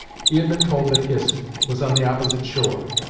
he had been told that hist was on the opposite shore,